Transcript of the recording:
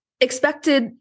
expected